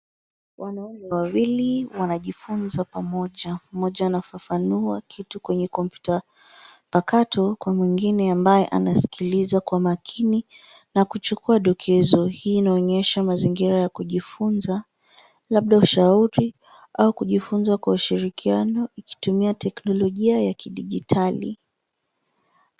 Wanaume wawili wanajifunza pamoja, mmoja anafafanua kitu kwenye kompyuta pakato kwa mwingine ambaye anasikiliza kwa makini na kuchukua dokezo. Hii inaonyesha mazingira ya kujifunza labda ushauri au kujifunza kwa ushirikiano ikitumia teknolojia ya kidijitali.